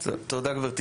אל תדאגו.